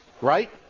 right